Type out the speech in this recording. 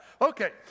Okay